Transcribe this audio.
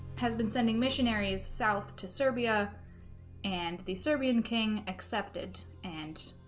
has been sending missionaries south to serbia and the serbian king accepted and